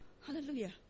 Hallelujah